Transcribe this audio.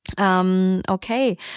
Okay